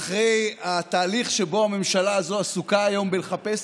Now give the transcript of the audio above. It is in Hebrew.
אחרי התהליך שבו הממשלה הזאת עסוקה היום בלחפש